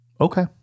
Okay